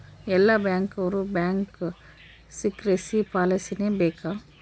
ಎಲ್ಲ ಬ್ಯಾಂಕ್ ಅವ್ರು bank secrecy ಪಾಲಿಸಲೇ ಬೇಕ